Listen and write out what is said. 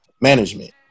management